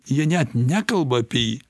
jie net nekalba apie jį